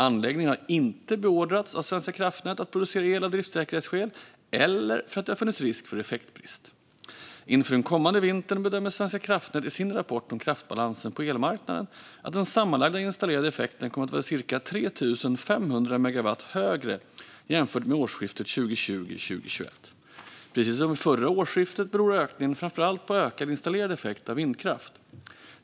Anläggningen har inte beordrats av Svenska kraftnät att producera el av driftssäkerhetsskäl eller för att det har funnits risk för effektbrist. Inför den kommande vintern bedömer Svenska kraftnät i sin rapport om kraftbalansen på elmarknaden att den sammanlagda installerade effekten kommer att vara cirka 3 500 megawatt högre jämfört med årsskiftet 2020/21. Precis som vid förra årsskiftet beror ökningen framför allt på ökad installerad effekt av vindkraft.